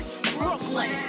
Brooklyn